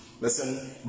Listen